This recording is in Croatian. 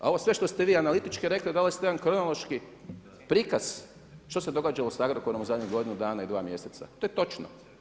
A ovo sve što ste vi analitički rekli, dali ste jedan kronološki prikaz što se događa sa Agrokorom u zadnjih godinu dana i 2 mjeseca, to je točno.